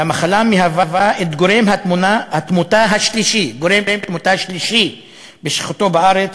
והמחלה מהווה את גורם התמותה השלישי בשכיחותו בארץ,